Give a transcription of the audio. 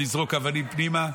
לזרוק אבנים פנימה.